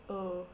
oh